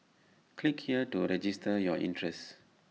click here to register your interest